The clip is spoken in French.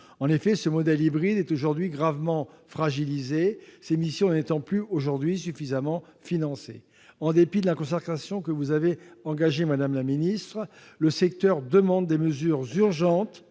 En effet, ce modèle hybride est aujourd'hui gravement fragilisé, ses missions n'étant plus suffisamment financées. En dépit de la concertation que vous avez engagée, madame la ministre, le secteur demande des mesures urgentes